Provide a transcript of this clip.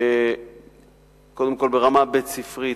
קודם כול ברמה בית-ספרית,